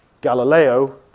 Galileo